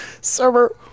Server-